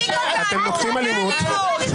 (חבר הכנסת נאור ישיר יוצא מחדר הוועדה.) אתה אלים,